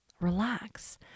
relax